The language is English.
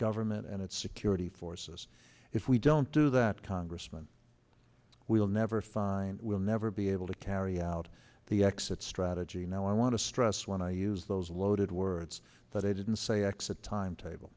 government and its security forces if we don't do that congressman we'll never find we'll never be able to carry out the exit strategy now i want to stress when i use those loaded words that i didn't say x a timetable